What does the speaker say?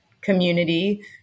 community